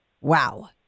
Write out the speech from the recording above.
Wow